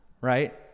right